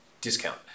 discount